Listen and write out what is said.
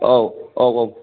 औ औ औ